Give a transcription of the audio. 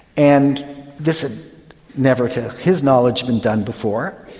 and this had never, to his knowledge, been done before.